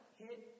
hit